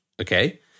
Okay